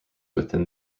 within